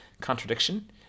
contradiction